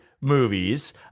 movies